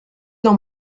dans